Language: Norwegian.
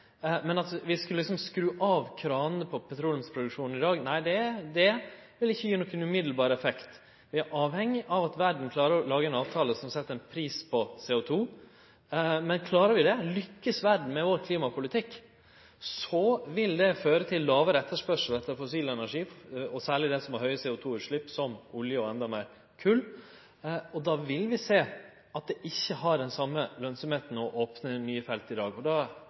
Men at vi skulle skru av kranene på petroleumsproduksjonen i dag, ville ikkje gje nokon umiddelbar effekt. Vi er avhengige av at verda klarer å lage ein avtale som set ein pris på CO2. Men klarer vi det, om verda lukkast med vår klimapolitikk, vil det føre til lågare etterspørsel etter fossil energi, særleg det som har høge CO2-utslepp, som olje og endå meir kol, og då vil vi sjå at det å opne nye felt i dag, ikkje har den